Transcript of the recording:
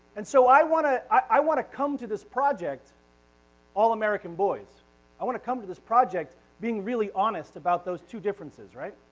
and so i want to, i want to come to this project all american boys i want to come to this project being really honest about those two differences, right?